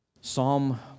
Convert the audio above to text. Psalm